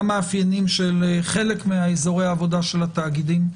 גם בגלל מאפיינים של חלק מאזורי העבודה של התאגידים,